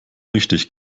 richtig